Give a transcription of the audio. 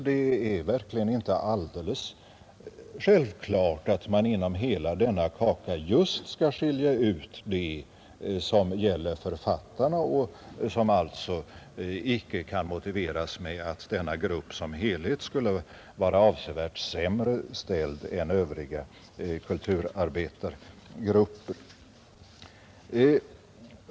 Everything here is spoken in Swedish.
Det är alltså inte alldeles självklart att man inom hela denna kaka just skall skilja ut det som gäller författarna, något som alltså inte kan motiveras med att denna grupp som helhet skulle ha det avsevärt sämre ställt än övriga kulturarbetargrupper.